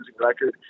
record